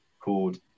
called